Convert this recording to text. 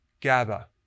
GABA